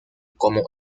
como